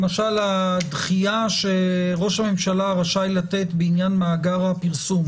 למשל הדחייה שראש הממשלה רשאי לתת בעניין מאגר הפרסום